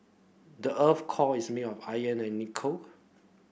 the earth core is made of and nickel